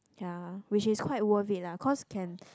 ya which is quite worth is lah cause can